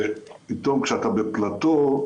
פתאום כשאתה בפלטו,